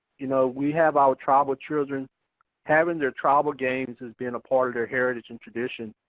you know, we have our tribal children having their tribal games as being a part of their heritage and tradition.